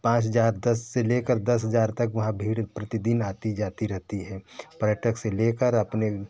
पाँच हज़ार दस से लेकर दस हज़ार तक वहाँ भीड़ प्रतिदिन आती जाती रहती है पर्यटक से लेकर अपने